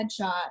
headshot